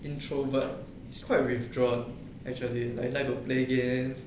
introvert he's quite withdrawn actually like he like to play games